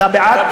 אתה בעד?